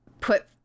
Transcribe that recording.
put